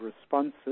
responses